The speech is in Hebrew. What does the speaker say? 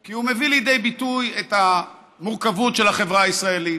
כי הוא מביא לידי ביטוי את המורכבות של החברה הישראלית,